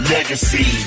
Legacy